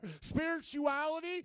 Spirituality